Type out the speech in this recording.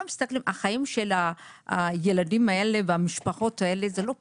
החיים של הילדים האלה והמשפחות האלה זה לא פשוט.